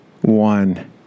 one